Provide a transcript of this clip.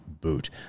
boot